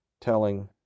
telling